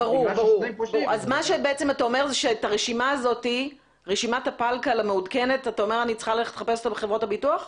אתה אומר שאת רשימת הפלקל המעודכנת אני צריכה לחפש בחברות הביטוח?